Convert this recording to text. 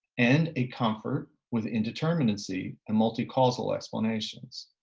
and a comfort with indeterminacy and multi causal explanations.